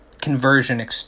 conversion